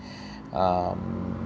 uh